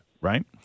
right